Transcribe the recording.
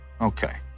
Okay